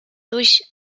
durch